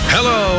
Hello